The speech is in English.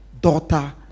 daughter